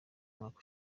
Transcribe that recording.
mwaka